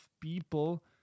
people